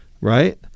Right